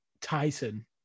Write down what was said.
Tyson